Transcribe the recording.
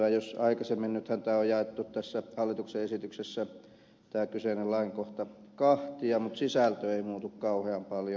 nythän tämä kyseinen lainkohta on jaettu tässä hallituksen esityksessä kahtia mutta sisältö ei muutu kauhean paljon